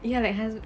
ya like has